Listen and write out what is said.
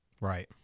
right